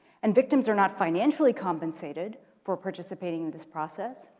and victims are not financially compensated for participating in this process,